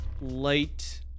light